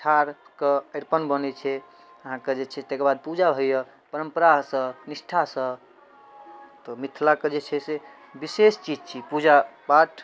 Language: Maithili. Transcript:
पिठारके अरिपन बनै छै अहाँके जे छै ताहिके बाद पूजा होइ यऽ परम्परा सँ निष्ठा सँ तऽ मिथिला कऽ जे छै से विशेष चीज छी पूजा पाठ